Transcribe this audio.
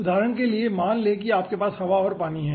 उदाहरण के लिए मान लें कि आपके पास हवा और पानी हैं